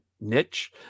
niche